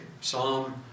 Psalm